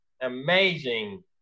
amazing